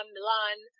Milan